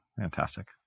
Fantastic